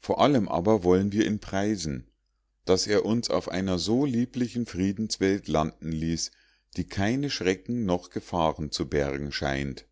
vor allem aber wollen wir ihn preisen daß er uns auf einer so lieblichen friedenswelt landen ließ die keine schrecken noch gefahren zu bergen scheint